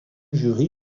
jury